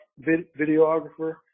videographer